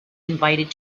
invited